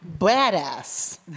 badass